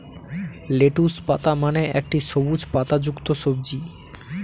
lettuce পাতা মানে একটি সবুজ পাতাযুক্ত সবজি